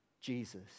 Jesus